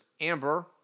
Amber